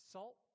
Salt